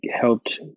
helped